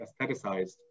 aestheticized